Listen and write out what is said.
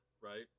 right